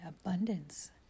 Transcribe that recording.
abundance